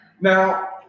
now